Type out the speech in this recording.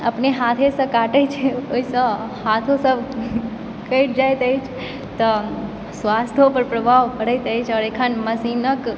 अपने हाथेसँ काटैत छै तऽ हाथोसभ कटि जाइत अछि तऽ स्वास्थ्यो पर प्रभाव पड़ैत अछि आओर अखन मशीनक